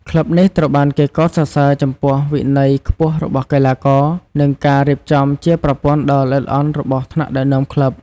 ក្លឹបនេះត្រូវបានគេកោតសរសើរចំពោះវិន័យខ្ពស់របស់កីឡាករ និងការរៀបចំជាប្រព័ន្ធដ៏ល្អិតល្អន់របស់ថ្នាក់ដឹកនាំក្លឹប។